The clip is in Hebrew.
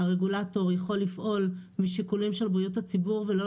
הרגולטור יכול לפעול משיקולים של בריאות הציבור ולא